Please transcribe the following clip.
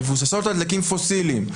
מבוססות על דלקים פוסיליים,